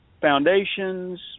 foundations